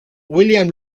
william